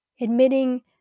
Admitting